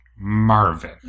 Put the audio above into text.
Marvin